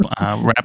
rap